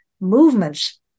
movements